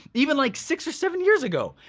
even like six or seven years ago.